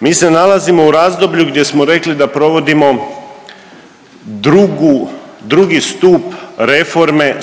Mi se nalazimo u razdoblju gdje smo rekli da provodimo drugu, drugi stup reforme